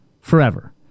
forever